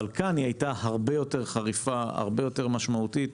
אבל כאן היא היתה הרבה יותר חריפה והרבה יותר משמעותית,